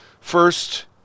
First